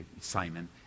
Simon